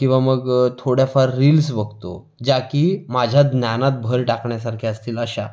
किंवा मग थोड्याफार रील्स बघतो ज्या की माझ्या ज्ञानात भर टाकण्यासारख्या असतील अशा